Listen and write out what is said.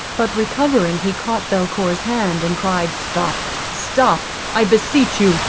but recovering, he caught belcour's hand, and cried stop! stop! i beseech you,